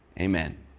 Amen